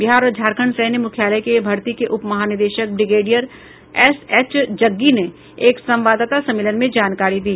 बिहार और झारखण्ड सैन्य मुख्यालय के भर्ती के उप महानिदेशक ब्रिगेडियर एस एच जग्गी ने एक संवाददाता सम्मेलन में जानकारी दी